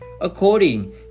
According